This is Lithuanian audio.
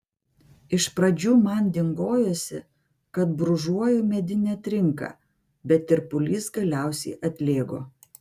iš pradžių man dingojosi kad brūžuoju medinę trinką bet tirpulys galiausiai atlėgo